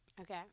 Okay